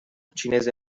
cinese